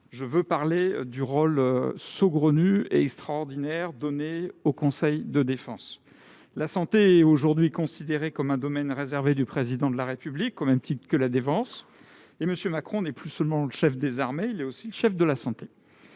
je veux parler du rôle saugrenu et extraordinaire donné au conseil de défense et de sécurité nationale. La santé est actuellement considérée comme un domaine réservé du Président de la République, au même titre que la défense, et M. Macron n'est plus seulement le chef des armées : il est aussi le chef de la santé.